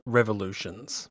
revolutions